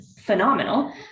phenomenal